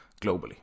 globally